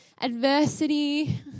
adversity